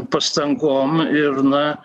pastangom ir na